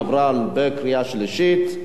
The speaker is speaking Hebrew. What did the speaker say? עברה בקריאה שלישית,